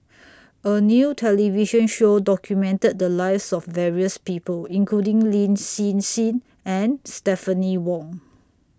A New television Show documented The Lives of various People including Lin Hsin Hsin and Stephanie Wong